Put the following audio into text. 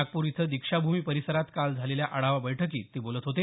नागपूर इथं दीक्षाभूमी परिसरात काल झालेल्या आढावा बैठकीत ते बोलत होते